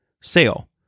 sale